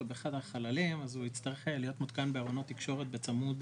באחד החללים אז הוא יצטרך להיות מותקן בארונות תקשורת בצמוד